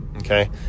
Okay